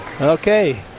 Okay